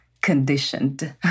conditioned